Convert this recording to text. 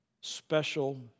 special